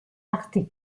arte